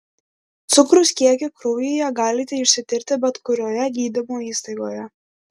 cukraus kiekį kraujyje galite išsitirti bet kurioje gydymo įstaigoje